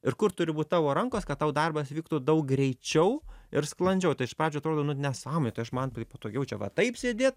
ir kur turi būt tavo rankos kad tau darbas vyktų daug greičiau ir sklandžiau tai iš pradžių atrodo nu nesąmoė tai aš man patogiau čia va taip sėdėt